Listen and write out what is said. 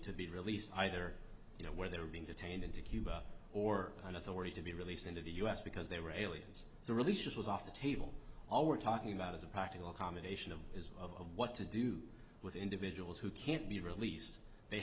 to be released either you know where they were being detained into cuba or an authority to be released into the us because they were aliens the release was off the table all we're talking about is a practical accommodation of is of what to do with individuals who can't be released they